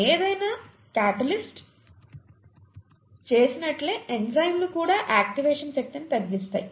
ఏదైనా క్యాటలిస్ట్ చేసినట్లే ఎంజైమ్లు కూడా యాక్టివేషన్ శక్తిని తగ్గిస్తాయి